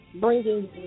bringing